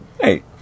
Hey